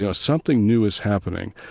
yeah something new is happening.